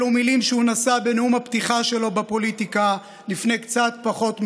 אלו מילים שהוא נשא בנאום הפתיחה שלו בפוליטיקה לפני קצת פחות משנתיים.